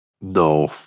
No